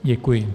Děkuji.